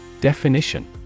Definition